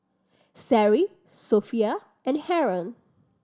Seri Sofea and Haron